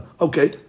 Okay